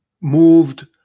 moved